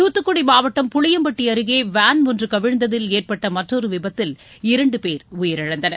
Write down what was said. தூத்துக்குடி மாவட்டம் புளியம்பட்டி அருகே வேன் ஒன்று கவிழ்ந்ததில் ஏற்பட்ட மற்றொரு விபத்தில் இரண்டு பேர் உயிரிழந்தனர்